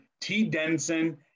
T-Denson